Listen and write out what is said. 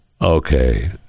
okay